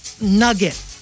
Nugget